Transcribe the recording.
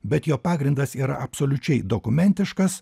bet jo pagrindas yra absoliučiai dokumentiškas